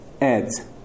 adds